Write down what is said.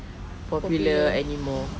popular anymore